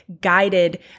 guided